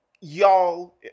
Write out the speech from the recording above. Y'all